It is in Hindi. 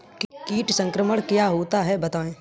कीट संक्रमण क्या होता है बताएँ?